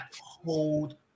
hold